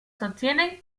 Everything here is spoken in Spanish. sostienen